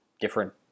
different